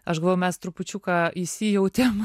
aš galvoju mes trupučiuką įsijautėm